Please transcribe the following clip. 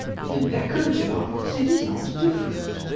with the decorative arts it is not different.